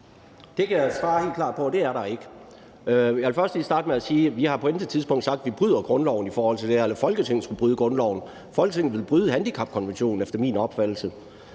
Det kan jeg svare helt klart på: Det er der ikke. Jeg vil først lige starte med at sige, at vi på intet tidspunkt har sagt, at Folketinget skulle bryde grundloven i forhold til det her. Folketinget vil efter min opfattelse bryde handicapkonventionen. Jeg synes,